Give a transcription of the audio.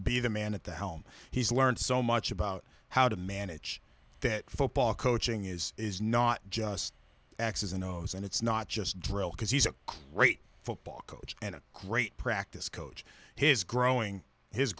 be the man at the helm he's learned so much about how to manage that football coaching is is not just x s and o's and it's not just drill because he's a great football coach and a great practice coach his growing his